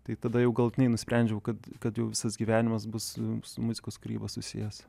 tai tada jau galutinai nusprendžiau kad kad jau visas gyvenimas bus su muzikos kūryba susijęs